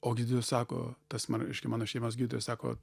o gydytojas sako tas mano reiškia mano šeimos gydytojas sako